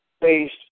based